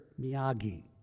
Miyagi